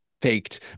faked